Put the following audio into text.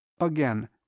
Again